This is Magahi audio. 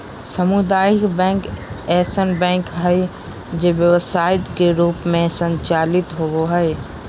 सामुदायिक बैंक ऐसन बैंक हइ जे व्यवसाय के रूप में संचालित होबो हइ